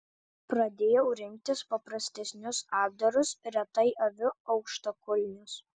pradėjau rinktis paprastesnius apdarus retai aviu aukštakulnius